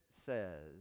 says